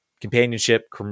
companionship